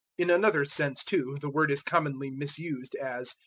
in another sense, too, the word is commonly misused, as,